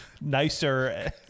nicer